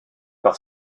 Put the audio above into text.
par